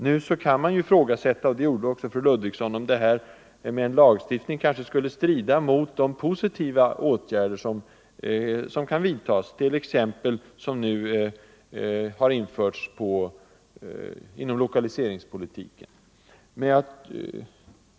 Nu kan man ifrågasätta — och det gjorde också fru Ludvigsson - om en lagstiftning skulle strida mot de positiva åtgärder som kan tänkas, t.ex. det som nu har genomförts inom lokaliseringspolitiken.